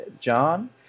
John